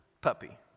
puppy